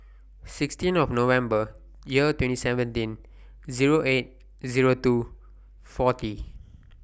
sixteen of November Year twenty seventeen Zero eight Zero two forty